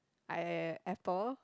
I Apple